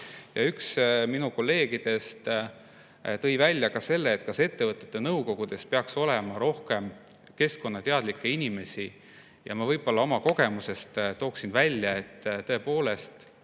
Üks minu kolleegidest tõi välja ka selle, kas ettevõtete nõukogudes peaks olema rohkem keskkonnateadlikke inimesi. Ma oma kogemusest toon välja, et kaasaegne